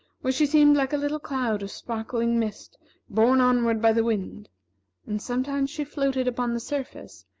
where she seemed like a little cloud of sparkling mist borne onward by the wind and sometimes she floated upon the surface,